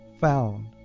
found